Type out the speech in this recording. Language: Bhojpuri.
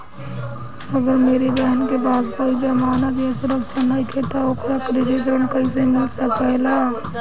अगर मेरी बहन के पास कोई जमानत या सुरक्षा नईखे त ओकरा कृषि ऋण कईसे मिल सकता?